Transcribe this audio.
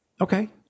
Okay